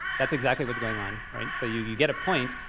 that's exactly what's going on, right? so you you get a point,